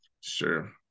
Sure